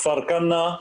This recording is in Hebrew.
כפר כנא,